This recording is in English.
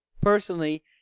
personally